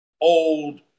old